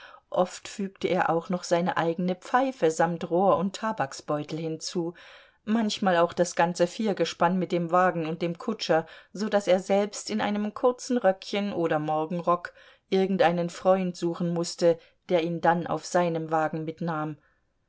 oft fügte er auch noch seine eigene pfeife samt rohr und tabaksbeutel hinzu manchmal auch das ganze viergespann mit dem wagen und dem kutscher so daß er selbst in einem kurzen röckchen oder morgenrock irgendeinen freund suchen mußte der ihn dann auf seinem wagen mitnahm